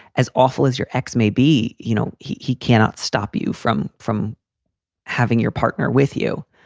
as awful as your ex may be, you know he he cannot stop you from from having your partner with you.